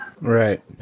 right